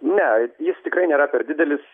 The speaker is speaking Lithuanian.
ne jis tikrai nėra per didelis